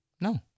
No